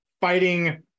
fighting